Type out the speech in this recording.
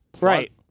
Right